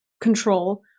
control